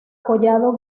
collado